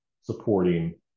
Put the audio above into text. supporting